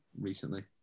recently